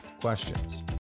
questions